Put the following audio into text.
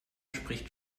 spricht